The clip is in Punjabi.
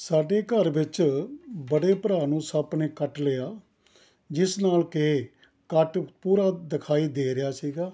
ਸਾਡੇ ਘਰ ਵਿੱਚ ਬੜੇ ਭਰਾ ਨੂੰ ਸੱਪ ਨੇ ਕੱਟ ਲਿਆ ਜਿਸ ਨਾਲ ਕਿ ਕੱਟ ਪੂਰਾ ਦਿਖਾਈ ਦੇ ਰਿਹਾ ਸੀਗਾ